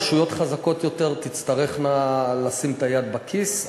רשויות חזקות יותר תצטרכנה לשים את היד בכיס,